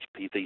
HPV